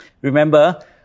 Remember